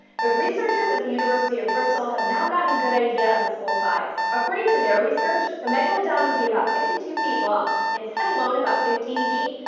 but researchers at the university of bristol have now gotten a good idea of its full size. according to their research, the megalodon would be about fifty two feet long, its head alone about fifteen feet,